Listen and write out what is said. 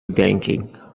banking